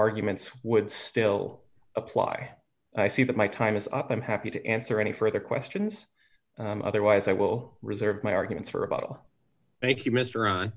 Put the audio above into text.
arguments would still apply i see that my time is up i'm happy to answer any further questions otherwise i will reserve my arguments for about oh thank you mister on